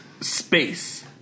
space